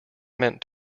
meant